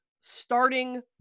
starting